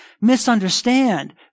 misunderstand